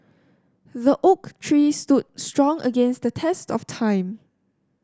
the oak tree stood strong against the test of time